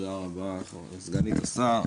תודה רבה לסגנית השר,